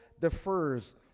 defers